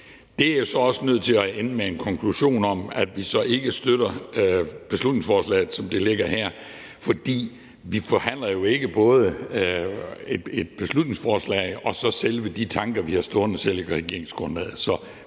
Det er så også nødt til at ende med en konklusion om, at vi ikke støtter beslutningsforslaget, som det ligger her, for vi forhandler jo ikke både et beslutningsforslag og selve de tanker, vi har stående i regeringsgrundlaget.